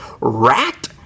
rat